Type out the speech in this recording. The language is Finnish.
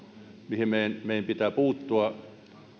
mihin meidän meidän pitää puuttua